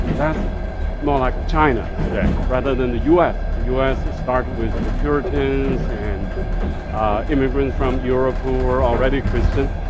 that's more like china today, rather than the u s. the u s. was started with the puritans and immigrants from europe who were already christian.